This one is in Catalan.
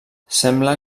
sembla